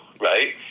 right